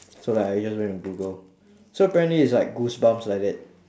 so like I just went to google so apparently it's like goosebumps like that